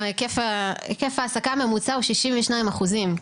היקף העסקה ממוצע הוא ששים ושניים אחוזים.